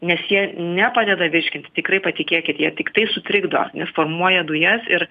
nes jie nepadeda virškinti tikrai patikėkit jie tiktai sutrikdo nes formuoja dujas ir